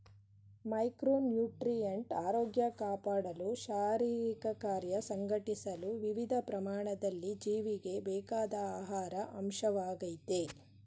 micronutrient ಆರೋಗ್ಯ ಕಾಪಾಡಲು ಶಾರೀರಿಕಕಾರ್ಯ ಸಂಘಟಿಸಲು ವಿವಿಧ ಪ್ರಮಾಣದಲ್ಲಿ ಜೀವಿಗೆ ಬೇಕಾದ ಆಹಾರ ಅಂಶವಾಗಯ್ತೆ